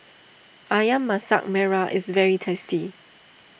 Ayam Masak Merah is very tasty